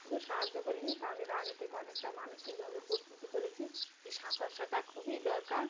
শুধু সাহায্য করিনি তাদের আগে থেকে অনেকটা মানসিকভাবে প্রস্তুতি করেছি যে সাঁতার শেখা খুবই দরকার